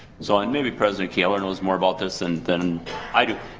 so, and maybe president kaler knows more about this and than i do.